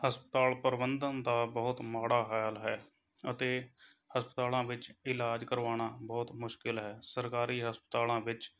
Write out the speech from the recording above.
ਹਸਪਤਾਲ ਪ੍ਰਬੰਧਨ ਦਾ ਬਹੁਤ ਮਾੜਾ ਹਾਲ ਹੈ ਅਤੇ ਹਸਪਤਾਲਾਂ ਵਿੱਚ ਇਲਾਜ ਕਰਾਉਣਾ ਬਹੁਤ ਮੁਸ਼ਕਿਲ ਹੈ ਸਰਕਾਰੀ ਹਸਪਤਾਲਾਂ ਵਿੱਚ